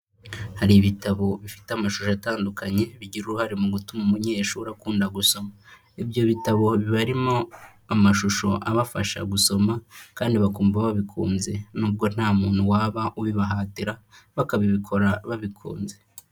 Hari ibitabo bifite amashusho atandukanye bigira uruhare mu gutuma umunyeshuri akunda gusoma, ibyo bitabo biba birimo amashusho abafasha gusoma kandi bakumva babikunze n'ubwo nta muntu waba ubibahatira bakabikora babikunze.